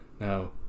Now